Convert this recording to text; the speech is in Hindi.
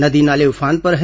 नदी नाले उफान पर हैं